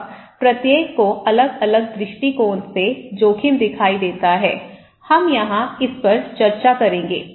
अब प्रत्येक को अलग अलग दृष्टिकोण से जोखिम दिखाई देता है हम यहां इस पर चर्चा करेंगे